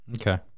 Okay